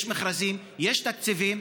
יש מכרזים, יש תקציבים.